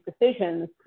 decisions